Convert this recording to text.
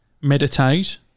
meditate